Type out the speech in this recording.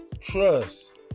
trust